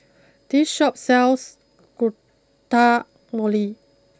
this Shop sells Guacamole